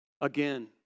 again